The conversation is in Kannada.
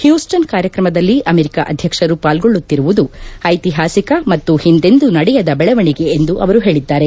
ಹ್ಲೂಸ್ಲನ್ ಕಾರ್ಯಕ್ರಮದಲ್ಲಿ ಅಮೆರಿಕ ಅಧ್ಯಕ್ಷರು ಪಾಲ್ಗೊಳ್ಳುತ್ತಿರುವುದು ಐತಿಹಾಸಿಕ ಮತ್ತು ಹಿಂದೆಂದೂ ನಡೆಯದ ಬೆಳವಣಿಗೆ ಎಂದು ಅವರು ಹೇಳಿದ್ದಾರೆ